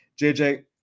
JJ